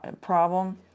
problem